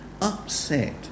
upset